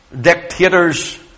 dictators